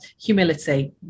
humility